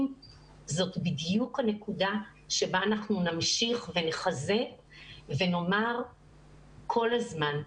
זאת בדיוק הנקודה שבה אנחנו נמשיך ונחזק ונאמר כל הזמן,